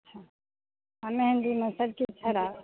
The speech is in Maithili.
अच्छा आ मेहन्दीमे सभ चीज हरा